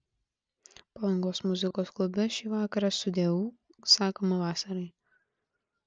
palangos muzikos klube šį vakarą sudieu sakoma vasarai